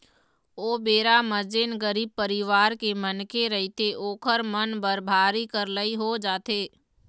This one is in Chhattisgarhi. ओ बेरा म जेन गरीब परिवार के मनखे रहिथे ओखर मन बर भारी करलई हो जाथे